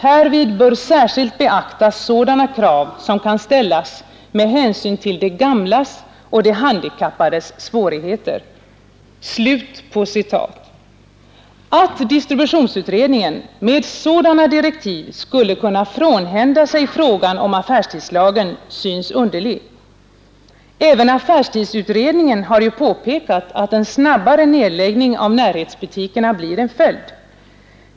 Härvid bör särskilt beaktas sådana krav som kan ställas med hänsyn till de gamlas och de handikappades svårigheter.” Att distributionsutredningen med sådana direktiv skulle kunna frånhända sig frågan om affärstidslagen synes underligt. Även affärstidsutredningen har ju påpekat att en snabbare nerläggning av närhetsbutiker blir en följd.